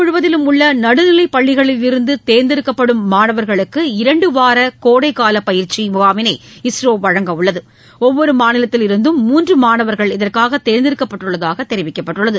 முழுவதிலும் உள்ள நடுநிலைப்பள்ளிகளிலிருந்து தேர்ந்தெடுக்கப்படும் நாடு மாணவர்களுக்கு இரண்டுவார கால கோடைகால பயிற்சி முகாமினை இஸ்ரோ வழங்கவுள்ளது ஒவ்வொரு மாநிலத்தில் மூன்று இருந்தம் இதற்காக தேர்ந்தெடுக்கப்பட்டுள்ளதாக தெரிவிக்கப்பட்டுள்ளது